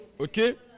Okay